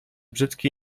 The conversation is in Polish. brzyki